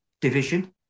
division